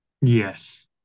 Yes